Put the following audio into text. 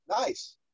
nice